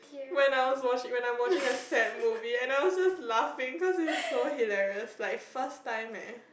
when I was watching when I'm watching a sad movie and I was just laughing because it was so hilarious like first time eh